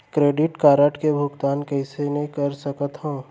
Credit card के भुगतान कइसने कर सकथो?